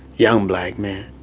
young black man